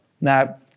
Now